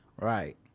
Right